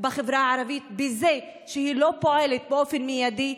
בחברה הערבית בזה שהיא לא פועלת באופן מיידי.